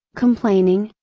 complaining,